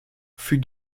fut